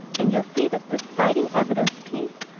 and you'll see that the citing evidence piece,